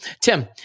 Tim